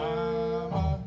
um